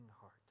heart